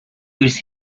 its